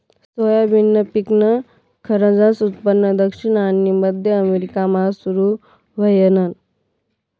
soybean पिकनं खरंजनं उत्पन्न दक्षिण आनी मध्य अमेरिकामा सुरू व्हयनं